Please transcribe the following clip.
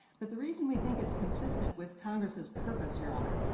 but the reason we think it's consistent with congress's purpose, your honor,